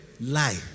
Lie